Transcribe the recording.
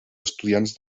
estudiants